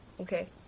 okay